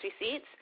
receipts